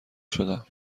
شدم